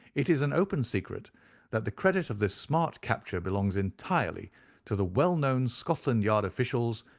it is an open secret that the credit of this smart capture belongs entirely to the well-known scotland yard officials,